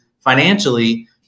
financially